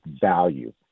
value